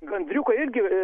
gandriukai irgi